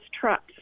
trucks